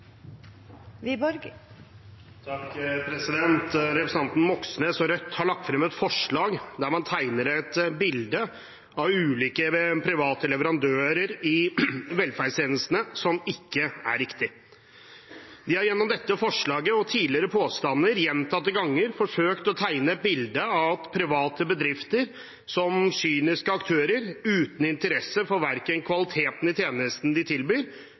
Representanten Moxnes og Rødt har lagt frem et forslag der man tegner et bilde av ulike private leverandører i velferdstjenestene som ikke er riktig. De har gjennom dette forslaget og tidligere påstander gjentatte ganger forsøkt å tegne et bilde av private bedrifter som kyniske aktører uten interesse for verken kvaliteten i tjenesten de tilbyr,